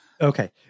Okay